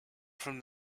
from